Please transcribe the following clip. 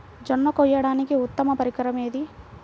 జొన్న కోయడానికి ఉత్తమ పరికరం ఏది?